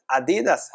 Adidas